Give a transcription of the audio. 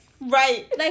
Right